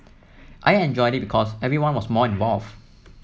I enjoyed it because everyone was more involved